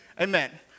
Amen